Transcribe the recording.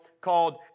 called